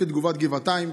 לפי תגובת גבעתיים?